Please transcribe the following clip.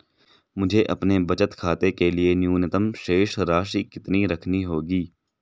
मुझे अपने बचत खाते के लिए न्यूनतम शेष राशि कितनी रखनी होगी?